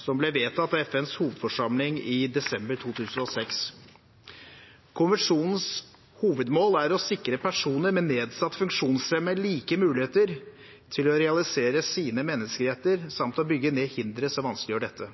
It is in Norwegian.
som ble vedtatt av FNs hovedforsamling i desember 2006. Konvensjonens hovedmål er å sikre personer med nedsatt funksjonsevne like muligheter til å realisere sine menneskerettigheter, samt å bygge ned hindre som vanskeliggjør dette.